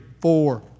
four